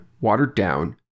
watered-down